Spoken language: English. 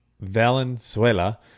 Valenzuela